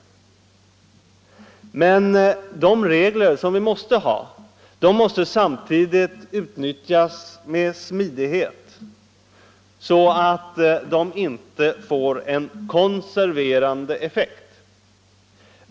Men de regler som vi måste ha skall samtidigt utnyttjas med smidighet, så att de inte får en konserverande effekt.